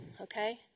okay